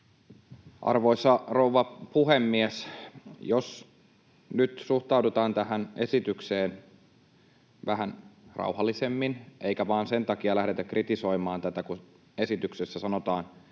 Arvoisa rouva puhemies! Jos nyt suhtaudutaan tähän esitykseen vähän rauhallisemmin eikä vain sen takia lähdetä kritisoimaan tätä, kun esityksessä sanotaan